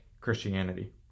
christianity